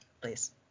please